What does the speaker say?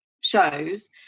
shows